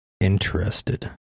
interested